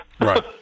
Right